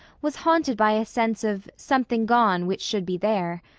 was haunted by a sense of something gone which should be there.